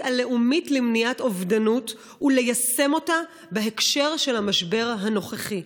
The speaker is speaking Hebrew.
הלאומית למניעת אובדנות וליישם אותה בהקשר של המשבר הנוכחי.